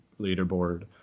leaderboard